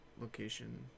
location